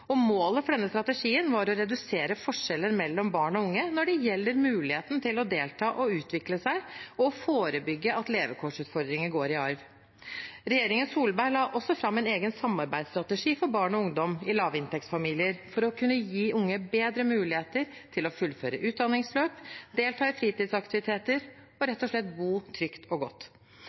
Målet for strategien var å redusere forskjeller mellom barn og unge når det gjelder muligheten til å delta og utvikle seg, og å forebygge at levekårsutfordringer går i arv. Regjeringen Solberg la også fram en egen samarbeidsstrategi for barn og ungdom i lavinntektsfamilier for å gi unge bedre muligheter til å fullføre utdanningsløp, delta i fritidsaktiviteter og rett og slett bo trygt og godt.